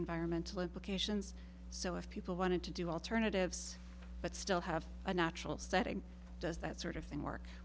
environmental implications so if people wanted to do alternatives but still have a natural setting does that sort of thing work